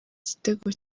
igitego